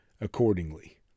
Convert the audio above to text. accordingly